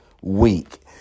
week